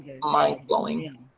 mind-blowing